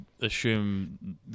Assume